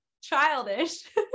childish